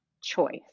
choice